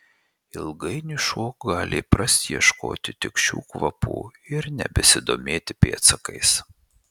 ilgainiui šuo gali įprasti ieškoti tik šių kvapų ir nebesidomėti pėdsakais